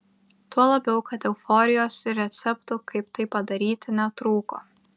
tuo labiau kad euforijos ir receptų kaip tai padaryti netrūko